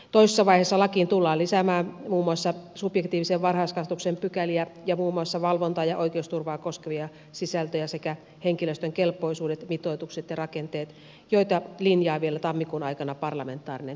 toisessa vaiheessa lakiin tullaan lisäämään muun muassa subjektiivisen varhaiskasvatuksen pykäliä ja muun muassa valvontaa ja oikeusturvaa koskevia sisältöjä sekä henkilöstön kelpoisuudet mitoitukset ja rakenteet joita linjaa vielä tammikuun aikana parlamentaarinen työryhmä